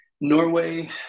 Norway